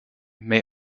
may